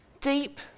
Deep